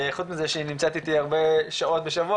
חוץ מזה שהיא נמצאת איתי הרבה שעות בשבוע